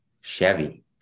Chevy